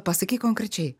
pasakyk konkrečiai